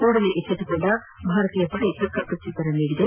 ಕೂಡಲೇ ಎಣ್ಣೆತ್ತುಕೊಂಡ ಭಾರತೀಯ ಪಡೆ ತಕ್ಕ ಪ್ರತ್ಯುತ್ತರ ನೀಡಿದೆ